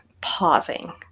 pausing